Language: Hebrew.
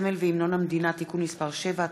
הסמל והמנון המדינה (תיקון מס' 7),